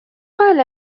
قال